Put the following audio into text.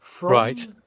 right